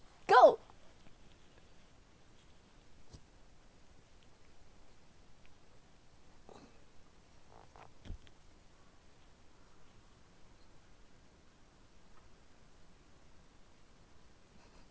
go